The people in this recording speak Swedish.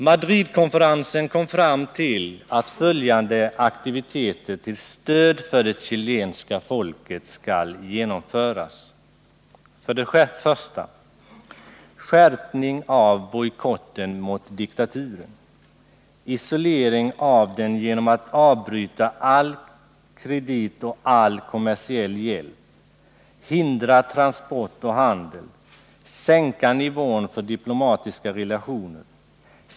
Madridkonferensen kom fram till att följande aktiviteter till stöd för det chilenska folket skall genomföras: 1. Skärpning av bojkotten mot diktaturen. Isolering av den genom att avbryta all kredit och all kommersiell hjälp. Hindra transport och handel. Sänka nivån för diplomatiska relationer.